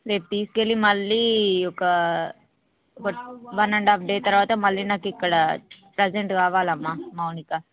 రేపు తీసుకు వెళ్ళి మళ్ళీ ఒక వన్ అండ్ హాఫ్ డే తర్వాత మళ్ళీ నాకు ఇక్కడ ప్రెసెంట్ కావాలమ్మ మౌనిక